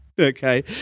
okay